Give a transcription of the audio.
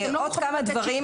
עוד כמה דברים